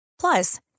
Plus